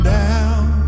down